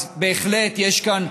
אז בהחלט, יש כאן,